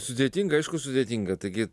sudėtinga aišku sudėtinga taigi